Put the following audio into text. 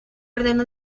ordenó